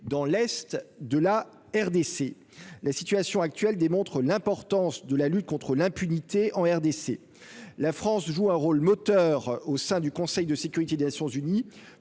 dans l'est de la RDC, la situation actuelle démontre l'importance de la lutte contre l'impunité en RDC, la France joue un rôle moteur au sein du Conseil de sécurité des Nations-Unies